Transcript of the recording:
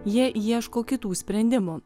jie ieško kitų sprendimų